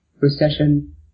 recession